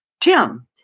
Tim